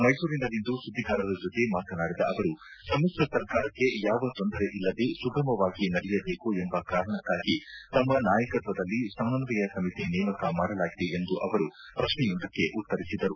ಮೈಸೂರಿನಲ್ಲಿಂದು ಸುದ್ವಿಗಾರರ ಜೊತೆ ಮಾತನಾಡಿದ ಅವರು ಸಮಿತ್ರ ಸರ್ಕಾರಕ್ಕೆ ಯಾವ ತೊಂದರೆಯಿಲ್ಲದೆ ಸುಗಮವಾಗಿ ನಡೆಯಬೇಕು ಎಂಬ ಕಾರಣಕ್ಕಾಗಿ ತಮ್ಮ ನಾಯಕತ್ವದಲ್ಲಿ ಸಮನ್ವಯ ಸಮಿತಿ ನೇಮಕ ಮಾಡಲಾಗಿದೆ ಎಂದು ಅವರು ಪ್ರಶ್ನೆಯೊಂದಕ್ಷೆ ಉತ್ತರಿಸಿದರು